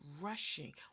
rushing